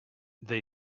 they